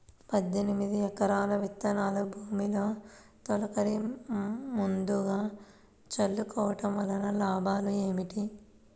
పద్దెనిమిది రకాల విత్తనాలు భూమిలో తొలకరి ముందుగా చల్లుకోవటం వలన లాభాలు ఏమిటి?